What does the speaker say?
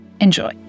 Enjoy